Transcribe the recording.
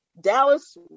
Dallas